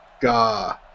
God